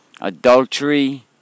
adultery